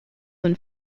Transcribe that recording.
than